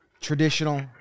traditional